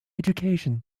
education